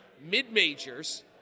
mid-majors